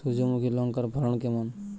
সূর্যমুখী লঙ্কার ফলন কেমন?